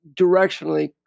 directionally